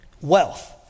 wealth